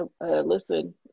listen